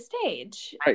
stage